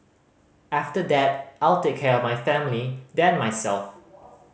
after that I'll take care of my family then myself